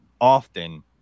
often